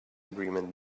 agreement